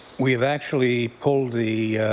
we have actually pulled the